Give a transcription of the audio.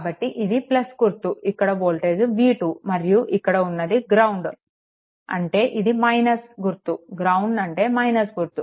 కాబట్టి ఇది గుర్తు ఇక్కడ వోల్టేజ్ v2 మరియు ఇక్కడ ఉన్నది గ్రౌండ్ అంటే ఇది - గుర్తు గ్రౌండ్ అంటే - గుర్తు